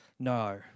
No